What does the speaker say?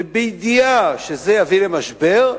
ובידיעה שזה יביא למשבר,